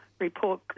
report